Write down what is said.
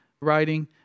writing